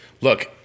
look –